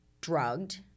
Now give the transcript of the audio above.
drugged